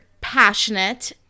passionate